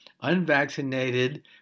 unvaccinated